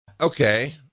Okay